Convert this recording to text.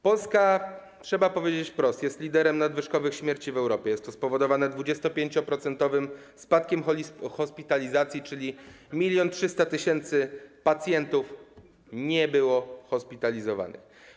Polska, trzeba powiedzieć wprost, jest liderem nadwyżkowych śmierci w Europie, co jest spowodowane 25-procentowym spadkiem hospitalizacji: 1300 tys. pacjentów nie było hospitalizowanych.